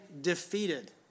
defeated